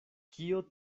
kio